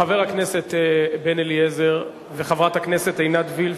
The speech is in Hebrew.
חבר הכנסת בן-אליעזר וחברת הכנסת עינת וילף